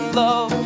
love